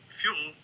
fuel